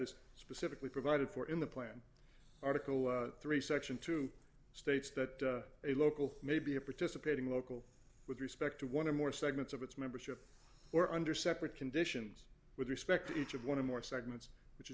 is specifically provided for in the plan article three section two states that a local may be a participating local with respect to one of more segments of its membership or under separate conditions with respect to each of one of more segments which is